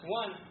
one